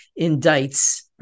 indicts